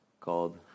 called